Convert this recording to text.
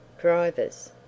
drivers